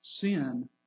Sin